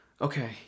Okay